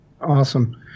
Awesome